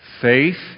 faith